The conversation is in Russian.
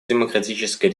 демократической